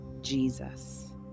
Jesus